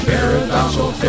Paradoxal